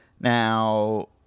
Now